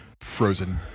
frozen